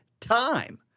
time